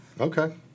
Okay